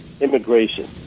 immigration